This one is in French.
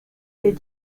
est